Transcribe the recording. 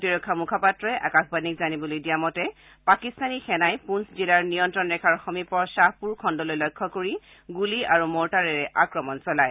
প্ৰতিৰক্ষা মূখপাত্ৰই আকাশবাণীক জানিবলৈ দিয়া মতে পাকিস্তানী সেনাই পুঞ্চ জিলাৰ নিয়ন্ত্ৰণ ৰেখাৰ সমীপৰ শ্বাহপুৰ খণ্ডলৈ লক্ষ্য কৰি গুলী আৰু মৰ্টাৰেৰে আক্ৰমণ চলায়